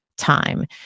time